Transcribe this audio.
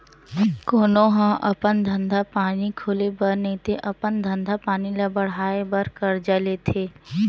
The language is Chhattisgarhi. कोनो ह अपन धंधा पानी खोले बर नइते अपन धंधा पानी ल बड़हाय बर करजा लेथे